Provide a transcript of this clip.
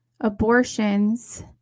abortions